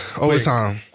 overtime